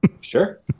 Sure